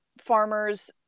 farmers